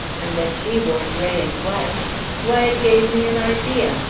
and that she wore gray and white why, it gave me an idea,